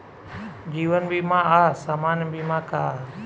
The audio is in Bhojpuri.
जीवन बीमा आ सामान्य बीमा का ह?